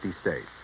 states